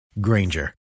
Granger